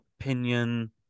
opinion